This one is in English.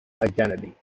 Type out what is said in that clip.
identity